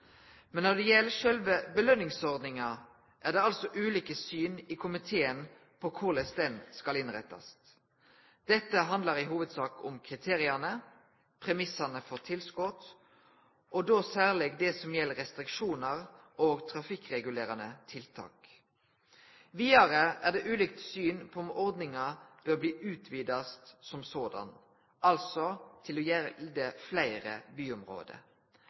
Men når det gjeld sjølve belønningsordninga, er det ulike syn i komiteen på korleis ho skal innrettast. Dette handlar i hovudsak om kriteria, premissane for tilskot, og da særleg det som gjeld restriksjonar og trafikkregulerande tiltak. Vidare er det ulikt syn på om ordninga i seg sjølv bør bli utvida, altså til å gjelde fleire byområde.